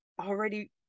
already